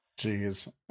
Jeez